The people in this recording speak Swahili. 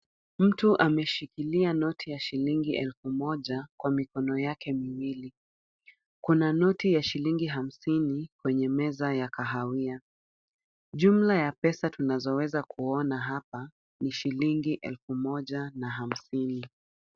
Mtu ameshikilia noti ya shilingi elfu moja kwa mikono yake miwili. Kuna noti ya shilingi hamsini kwenye meza ya kahawia. Jumla ya pesa tunapoweza kuona hapa ni elfu moja na hamsini.